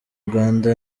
rwanda